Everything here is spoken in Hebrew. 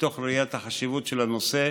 ראיית החשיבות של הנושא,